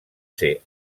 ser